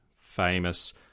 famous